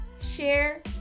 Share